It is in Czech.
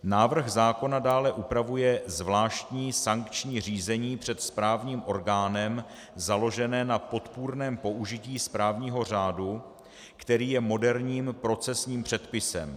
Návrh zákona dále upravuje zvláštní sankční řízení před správním orgánem založené na podpůrném použití správního řádu, který je moderním profesním předpisem.